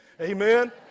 Amen